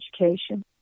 education